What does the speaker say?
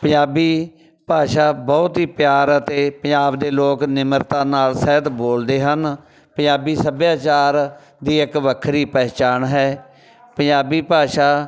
ਪੰਜਾਬੀ ਭਾਸ਼ਾ ਬਹੁਤ ਹੀ ਪਿਆਰ ਅਤੇ ਪੰਜਾਬ ਦੇ ਲੋਕ ਨਿਮਰਤਾ ਨਾਲ ਸਹਿਤ ਬੋਲਦੇ ਹਨ ਪੰਜਾਬੀ ਸੱਭਿਆਚਾਰ ਦੀ ਇੱਕ ਵੱਖਰੀ ਪਹਿਚਾਣ ਹੈ ਪੰਜਾਬੀ ਭਾਸ਼ਾ